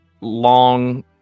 Long